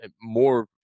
more